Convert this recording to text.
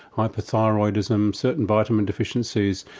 hyperthyroidism, certain vitamin deficiencies,